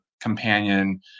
companion